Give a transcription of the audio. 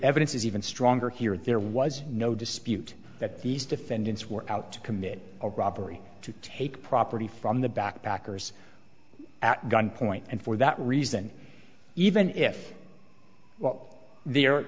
evidence is even stronger here there was no dispute that these defendants were out to commit a robbery to take property from the backpackers at gunpoint and for that reason even if there